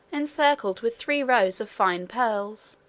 encircled with three rows of fine pearls,